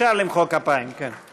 אפשר למחוא כפיים, כן.